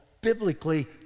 biblically